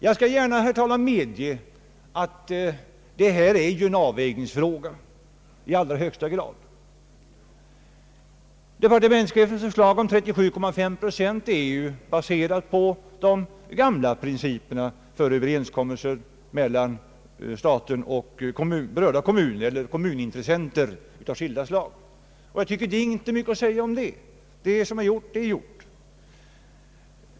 Jag skall, herr talman, gärna medge att detta är en avvägningsfråga i allra högsta grad. Departementschefen föreslår 37,5 procent, vilket baserar sig på de gamla principerna för överenskommelser mellan staten och berörda kommunintressenter av skilda slag. Det är inte mycket att säga därom — det som är gjort är gjort.